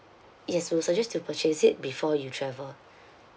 yes we suggest to purchase it before you travel